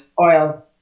oils